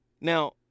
Now